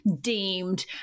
deemed